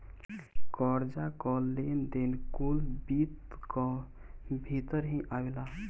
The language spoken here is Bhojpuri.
कर्जा कअ लेन देन कुल वित्त कअ भितर ही आवेला